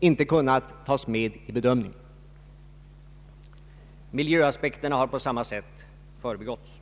inte kunnat tas med i bedömningen. Miljöaspekterna har på samma sätt förbigåtts.